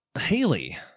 Haley